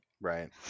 Right